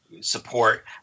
Support